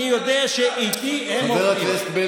אני יודע שאיתי הם, אני חתמתי על העסקה,